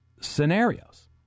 scenarios